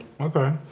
Okay